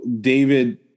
David